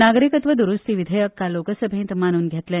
नागरीकत्व द्रूस्ती विधेयक काल लोकसभेत मानून घेतले